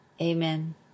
Amen